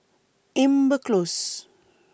Amber Close